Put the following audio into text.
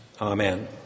Amen